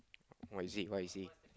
what is it what you see